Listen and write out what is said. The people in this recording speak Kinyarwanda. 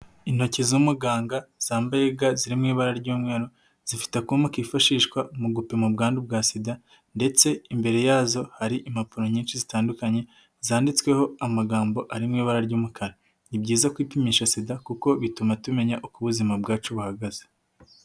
Intoki z'umuganga zambaye ga ziri mu ibara ry'umweru, zifite akuma kifashishwa mu gupima ubwandu bwa sida ndetse imbere yazo hari impapuro nyinshi zitandukanye zanditsweho amagambo arimo ibara ry'umukara. Ni byiza kwipimisha sida kuko bituma tumenya uko ubuzima bwacu buhagaze.